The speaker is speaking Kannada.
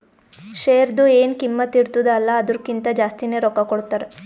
ಶೇರ್ದು ಎನ್ ಕಿಮ್ಮತ್ ಇರ್ತುದ ಅಲ್ಲಾ ಅದುರ್ಕಿಂತಾ ಜಾಸ್ತಿನೆ ರೊಕ್ಕಾ ಕೊಡ್ತಾರ್